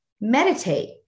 Meditate